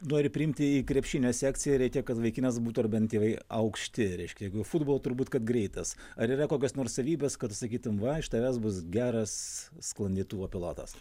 nori priimti į krepšinio sekciją reikia kad vaikinas būtų ar bent tėvai aukšti reiškia jeigu futbolo turbūt kad greitas ar yra kokios nors savybės kad tu sakytum va iš tavęs bus geras sklandytuvo pilotas